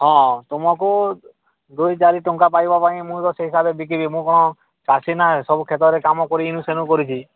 ହଁ ତମକୁ ଦୁଇ ଚାରି ଟଙ୍କା ପାଇବା ପାଇଁ ମୁଁ ତ ସେହି ହିସାବରେ ବିକିବି ମୁଁ କ'ଣ ଚାଷୀ ନା ସବୁ କ୍ଷେତରେ କାମ କରିକିନି ସେନୁ କରିଛି